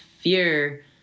fear